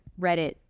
reddit